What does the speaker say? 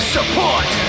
Support